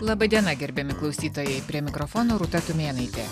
laba diena gerbiami klausytojai prie mikrofono rūta tumėnaitė